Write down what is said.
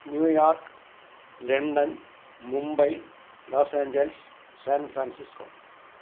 New York London Mumbai Los Angeles San Francisco